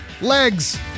Legs